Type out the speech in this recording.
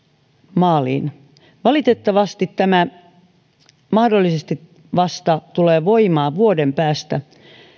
maaliin valitettavasti tämä mahdollisesti tulee voimaan vasta vuoden päästä